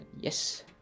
yes